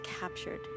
captured